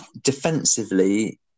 defensively